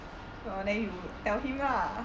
so then you tell him lah